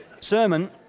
sermon